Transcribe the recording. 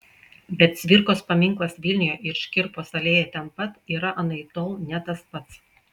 bet cvirkos paminklas vilniuje ir škirpos alėja ten pat yra anaiptol ne tas pats